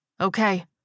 Okay